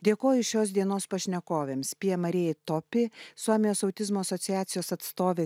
dėkoju šios dienos pašnekovėms pijai marijai topi suomijos autizmo asociacijos atstovei